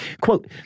Quote